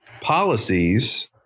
Policies